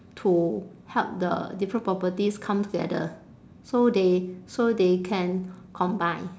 to help the different properties come together so they so they can combine